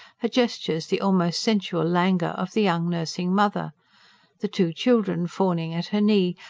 her gestures the almost sensual languor of the young nursing mother the two children fawning at her knee,